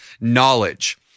knowledge